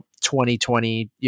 2020